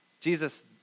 Jesus